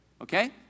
Okay